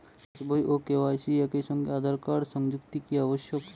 পাশ বই ও কে.ওয়াই.সি একই সঙ্গে আঁধার কার্ড সংযুক্ত কি আবশিক?